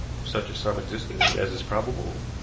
if such a sum existed, as is probable,